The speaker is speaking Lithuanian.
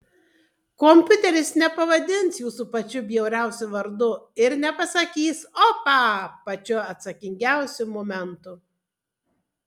kompiuteris nepavadins jūsų pačiu bjauriausiu vardu ir nepasakys opa pačiu atsakingiausiu momentu